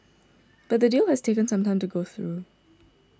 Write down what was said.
but the deal has taken some time to go through